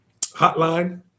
hotline